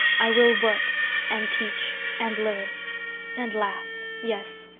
i will work and teach and learn and laugh, yes,